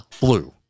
blue